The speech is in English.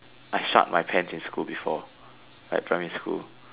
I shot my pants in school before like primary school